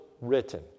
written